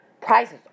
prizes